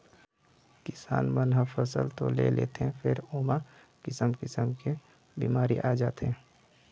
किसान मन ह फसल तो ले लेथे फेर ओमा किसम किसम के बिमारी आ जाथे